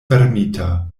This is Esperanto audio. fermita